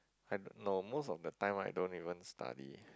I don't know most of the time I don't even study